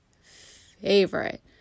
favorite